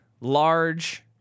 large